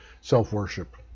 self-worship